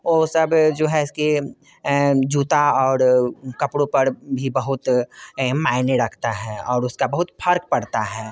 ओ सब जो है इसके जूता और कपड़ों पर भी बहुत अहम मायने रखता है और उसका बहुत फ़र्क पड़ता है